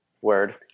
word